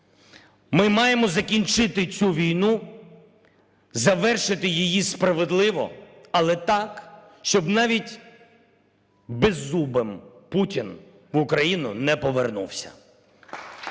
Ми маємо закінчити цю війну, завершити її справедливо. Але так, щоб навіть беззубий Путін в Україну не повернувся.